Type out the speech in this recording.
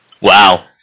Wow